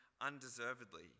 undeservedly